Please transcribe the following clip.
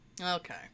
Okay